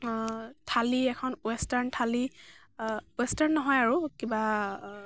থালি এথন ৱেষ্টাৰ্ণ থালি ৱেষ্টাৰ্ণ নহয় আৰু কিবা